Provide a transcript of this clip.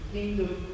Kingdom